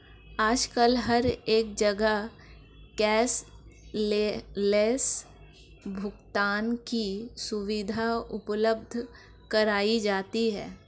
आजकल हर एक जगह कैश लैस भुगतान की सुविधा उपलब्ध कराई जाती है